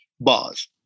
bars